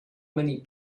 many